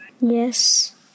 Yes